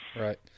Right